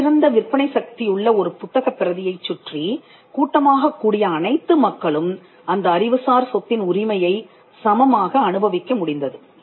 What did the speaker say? மிகச் சிறந்த விற்பனை சக்தியுள்ள ஒரு புத்தகப் பிரதியைச் சுற்றிக் கூட்டமாகக் கூடிய அனைத்து மக்களும் அந்த அறிவுசார் சொத்தின் உரிமையை சமமாக அனுபவிக்க முடிந்தது